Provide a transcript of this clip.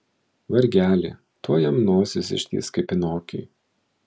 vargeli tuoj jam nosis ištįs kaip pinokiui